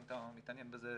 אם אתה מתעניין בזה,